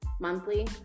monthly